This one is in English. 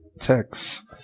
text